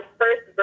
first